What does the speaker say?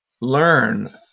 learn